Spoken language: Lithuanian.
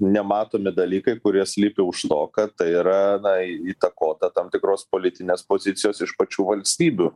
nematomi dalykai kurie slypi už to kad tai yra na įtakota tam tikros politinės pozicijos iš pačių valstybių